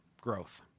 growth